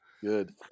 good